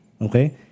okay